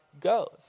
goes